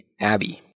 Abby